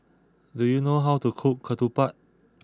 do you know how to cook Ketupat